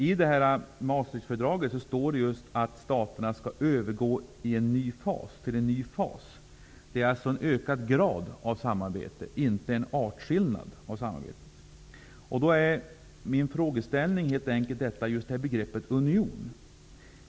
I Maastrichtfördraget står det att staterna skall övergå i en ny fas. Det är fråga om en ökad grad av samarbete, inte en artskillnad i samarbetet. Min fråga gäller begreppet union.